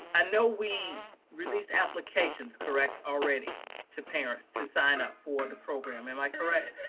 i know we released applications, correct. already to parents to sign up for the program. am i correct?